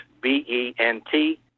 B-E-N-T